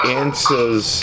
answers